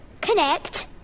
connect